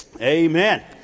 amen